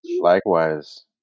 Likewise